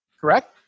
correct